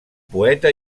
poeta